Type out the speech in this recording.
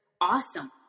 awesome